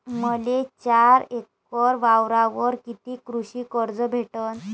मले चार एकर वावरावर कितीक कृषी कर्ज भेटन?